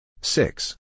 Six